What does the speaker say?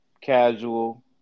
casual